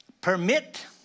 Permit